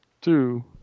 two